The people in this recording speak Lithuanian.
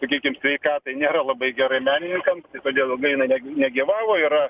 sakykim sveikatai nėra labai gerai menininkams tai todėl ilgai jinai negyvavo yra